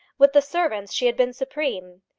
with the servants she had been supreme.